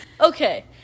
okay